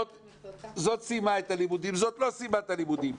זאת סיימה את הלימודים, זאת לא סיימה את הלימודים.